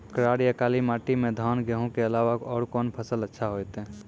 करार या काली माटी म धान, गेहूँ के अलावा औरो कोन फसल अचछा होतै?